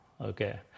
okay